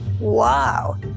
Wow